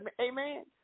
Amen